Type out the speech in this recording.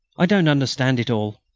i don't understand it all.